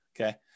okay